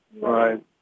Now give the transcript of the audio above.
Right